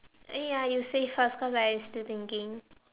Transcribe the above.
uh ya you say first cause I still thinking